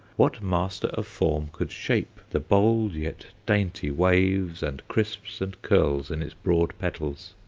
what master of form could shape the bold yet dainty waves and crisps and curls in its broad petals,